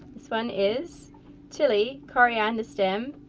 this one is chili, coriander stem,